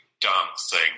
dancing